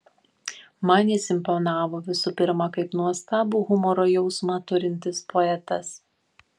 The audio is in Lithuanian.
man jis imponavo visų pirma kaip nuostabų humoro jausmą turintis poetas